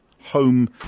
home